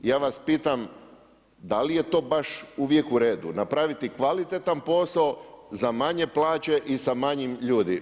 Ja vas pitam da li je to baš uvijek u redu napraviti kvalitetan posao za manje plaće i sa manje ljudi.